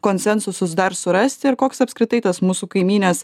konsensusus dar surasti ir koks apskritai tas mūsų kaimynės